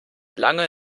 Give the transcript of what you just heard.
lange